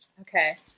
Okay